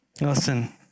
Listen